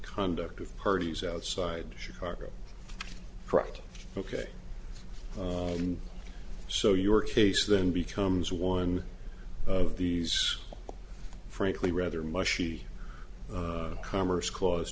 conduct of parties outside chicago ok so your case then becomes one of these frankly rather mushy commerce cla